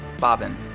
Bobbin